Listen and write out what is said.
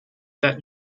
that